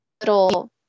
little